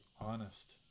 honest